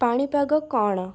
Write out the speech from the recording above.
ପାଣିପାଗ କ'ଣ